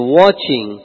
watching